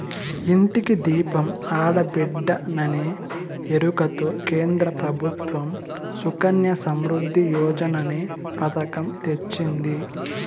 ఇంటికి దీపం ఆడబిడ్డేననే ఎరుకతో కేంద్ర ప్రభుత్వం సుకన్య సమృద్ధి యోజననే పతకం తెచ్చింది